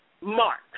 mark